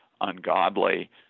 ungodly